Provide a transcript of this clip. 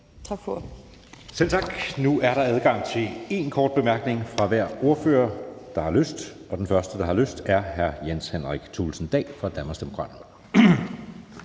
Søe): Selv tak. Nu er der adgang til én kort bemærkning fra hver ordfører, der har lyst, og den første, der har lyst, er hr. Jens Henrik Thulesen Dahl fra Danmarksdemokraterne.